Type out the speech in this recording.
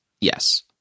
Yes